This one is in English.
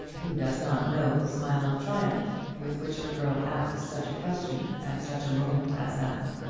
who does not know the smile of triumph with which a girl asks such a question at such a moment as that?